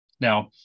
now